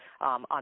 on